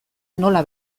nola